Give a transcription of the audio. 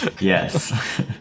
Yes